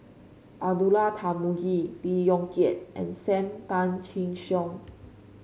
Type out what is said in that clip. Abdullah Tarmugi Lee Yong Kiat and Sam Tan Chin Siong